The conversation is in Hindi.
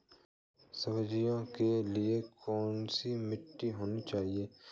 सब्जियों के लिए कैसी मिट्टी होनी चाहिए?